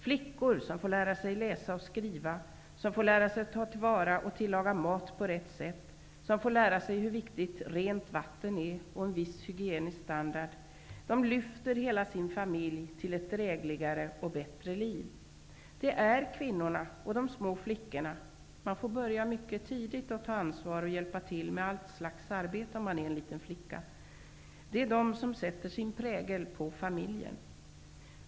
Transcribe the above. Flickor som får lära sig att läsa och skriva, som får lära sig att ta till vara och tillaga mat på rätt sätt, som får lära sig hur viktigt rent vatten och en viss hygienisk standard är, lyfter hela sin familj till ett drägligare och bättre liv. Det är kvinnorna och de små flickorna -- de får börja mycket tidigt att ta ansvar och hjälpa till med allt slags arbete om man är en liten flicka -- som sätter sin prägel på familjen.